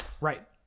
right